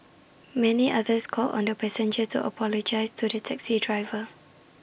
many others called on the passenger to apologise to the taxi driver